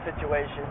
situation